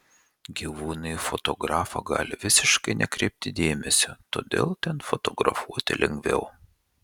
gyvūnai į fotografą gali visiškai nekreipti dėmesio todėl ten fotografuoti lengviau